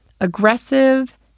aggressive